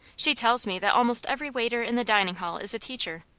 she tells me that almost every waiter in the dining hall is a teacher.